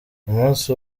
umunsi